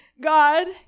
God